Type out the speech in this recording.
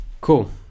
cool